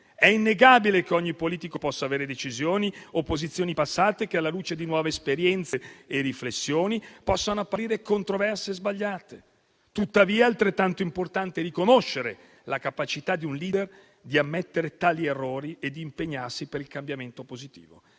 È innegabile che per ogni politico decisioni o posizioni passate, alla luce di nuove esperienze e riflessioni, possano apparire controverse e sbagliate. Tuttavia, è altrettanto importante riconoscere la capacità di un *leader* di ammettere tali errori ed impegnarsi per il cambiamento positivo.